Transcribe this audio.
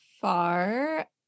far